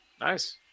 Nice